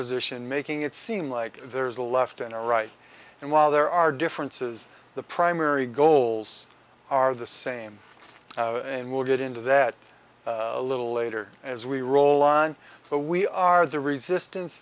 position making it seem like there's a left and a right and while there are differences the primary goals are the same and we'll get into that a little later as we roll on but we are the resistance